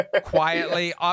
quietly